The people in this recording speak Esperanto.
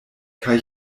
kaj